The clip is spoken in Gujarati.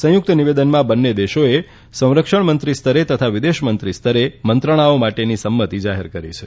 સંયુકત નિવેદનમાં બંને દેશોએ સંરક્ષણ મંત્રી સ્તરેતથા વિદેશ મંત્રી સ્તરે મંત્રણાઓ માટે સંમતી જાહેર કરી છે